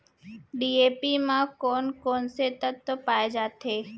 DAP म कोन कोन से तत्व पाए जाथे?